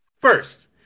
first